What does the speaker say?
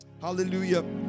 hallelujah